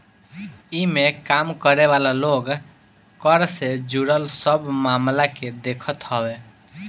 इमें काम करे वाला लोग कर से जुड़ल सब मामला के देखत हवे